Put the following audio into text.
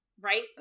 Right